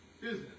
business